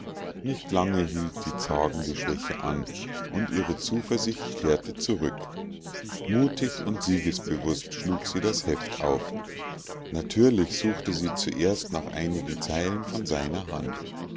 nicht lange hielt die zagende schwäche an und ihre zuversicht kehrte zurück mutig und siegesbewußt schlug sie das heft auf natürlich suchte sie zuerst nach einigen zeilen von seiner hand